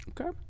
Okay